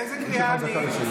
באיזו קריאה אני?